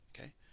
Okay